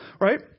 right